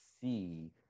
see